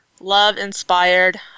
love-inspired